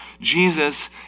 Jesus